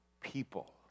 people